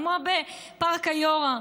כמו בפארק היורה,